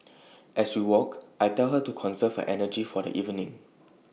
as we walk I tell her to conserve energy for the evening